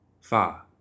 Fa